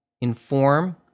inform